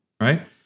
right